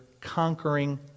conquering